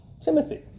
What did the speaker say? Timothy